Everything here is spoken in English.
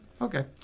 Okay